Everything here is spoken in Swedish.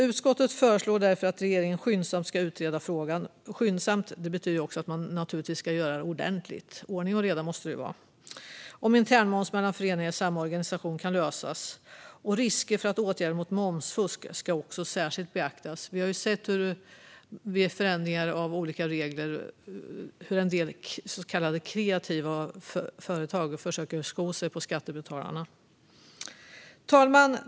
Utskottet föreslår därför att regeringen skyndsamt ska utreda frågan - skyndsamt betyder också att man naturligtvis ska göra det ordentligt, och det måste vara ordning och reda - så att frågan om intern moms mellan föreningar i samma organisation kan lösas. Risker för momsfusk ska också särskilt beaktas. Vi har vid förändringar av olika regler sett hur en del så kallade kreativa företag försöker sko sig på skattebetalarna. Fru talman!